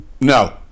No